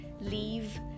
leave